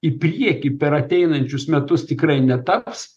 į priekį per ateinančius metus tikrai netaps